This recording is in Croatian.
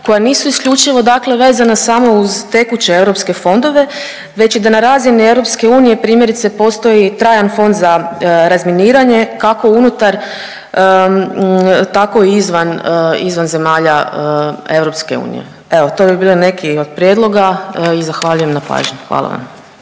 koja nisu isključivo dakle vezana samo uz tekuće europske fondove već i da na razini EU primjerice postoji i trajan fond za razminiranje, kako unutar tako i izvan, izvan zemalja EU. Evo, to bi bili neki od prijedloga i zahvaljujem na pažnji, hvala vam.